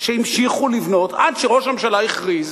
שהמשיכו לבנות, עד שראש הממשלה הכריז,